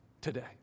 today